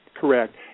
Correct